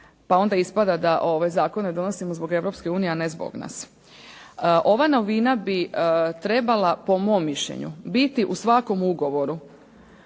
Pa onda ispada da zakone donosimo zbog Europske unije, a ne zbog nas. Ova novina bi trebala po mom mišljenju biti u svakom ugovoru